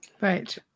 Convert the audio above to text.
Right